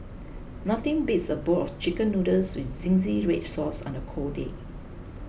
nothing beats a bowl of Chicken Noodles with Zingy Red Sauce on a cold day